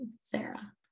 Sarah